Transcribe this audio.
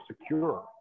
secure